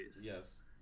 Yes